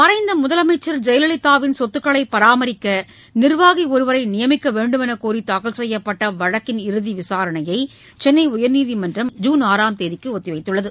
மறைந்த முதலமைச்சர் ஜெயலலிதாவின் சொத்துக்களை பராமரிக்க நிர்வாகி ஒருவரை நியமிக்க வேண்டுமென்று கோரி தாக்கல் செய்யப்பட்ட வழக்கின் இறுதி விசாரணையை சென்னை உயர்நீதிமன்றம் ஜுன் ஆறாம் தேதிக்கு ஒத்திவைத்துள்ளது